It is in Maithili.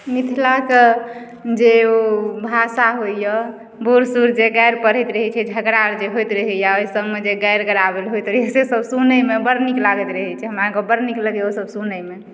मिथिलाके जे ओ भाषा होइए बूढ़ सूढ़ जे गारि पढ़ैत रहैत छै झगड़ा आओर जे होइत रहैए ओहि सभमे जे गारि गराबैल होइत रहैए सेसभ सुनैमे बड़ नीक लागैत रहै छै हमरा आओरके बड़ नीक लगैए ओसभ सुनैमे